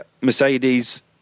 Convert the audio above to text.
Mercedes